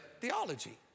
theology